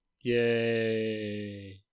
Yay